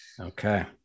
Okay